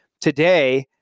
today